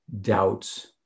doubts